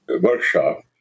workshop